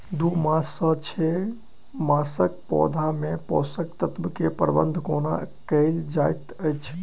दू मास सँ छै मासक पौधा मे पोसक तत्त्व केँ प्रबंधन कोना कएल जाइत अछि?